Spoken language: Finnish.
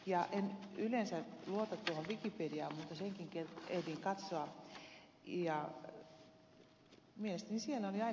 en yleensä luota wikipediaan mutta senkin ehdin katsoa ja mielestäni siellä oli aika hyvä määritelmä